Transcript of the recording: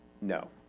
no